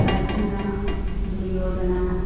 अर्जुनः दुर्योधनः